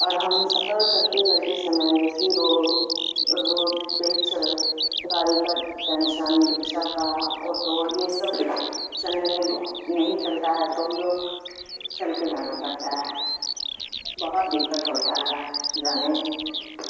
اور ہم سفر کرتے کرتے سمئے جیسی رو روڈ پہ چل گاڑی کا ٹینشن رکشا کا آٹو یہ سب چلنے میں نہیں چلتا ہے تو ہم لوگ چل کے جانا پڑتا ہے بہت دقت ہوتا ہے جانے میں